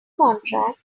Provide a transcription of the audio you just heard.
contract